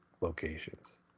locations